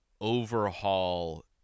overhaul